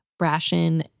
Brashin